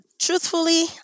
Truthfully